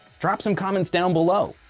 drop some comments down below.